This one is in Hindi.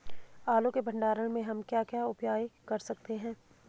आलू के भंडारण में हम क्या क्या उपाय कर सकते हैं?